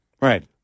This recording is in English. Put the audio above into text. Right